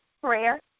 prayer